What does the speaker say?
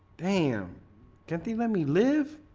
damn canteen. let me live